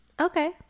Okay